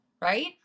right